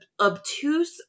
obtuse